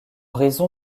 raison